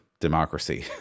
democracy